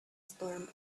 storm